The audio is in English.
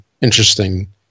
interesting